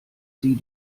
sie